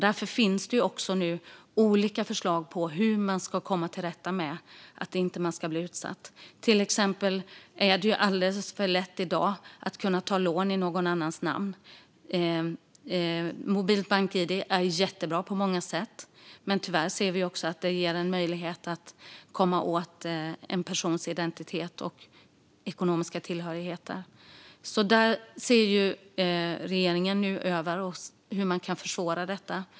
Därför finns det nu olika förslag på hur vi ska komma till rätta med att man inte ska bli utsatt. Det är till exempel alldeles för lätt i dag att ta lån i någon annans namn. Mobilt bank-id är jättebra på många sätt, men tyvärr ser vi att det också ger en möjlighet att komma åt en persons identitet och ekonomiska tillhörigheter. Regeringen ser nu över hur man kan försvåra detta.